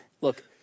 Look